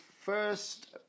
first